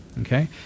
Okay